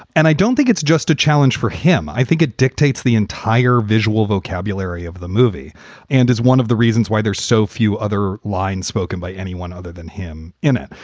and i don't think it's just a challenge for him. i think it dictates the entire visual vocabulary of the movie and is one of the reasons why there's so few other lines spoken by anyone other than him in it.